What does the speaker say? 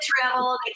travel